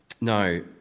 Now